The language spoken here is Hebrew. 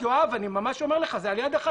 אני ממש אומר לך זה על יד אחד.